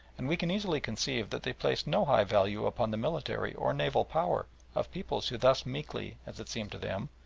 and we can easily conceive that they placed no high value upon the military or naval power of peoples who thus meekly, as it seemed to them,